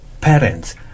parents